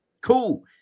cool